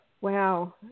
Wow